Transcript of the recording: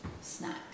snack